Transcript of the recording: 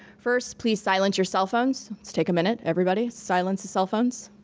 first, please silence your cellphones. let's take a minute, everybody, silence the cellphones.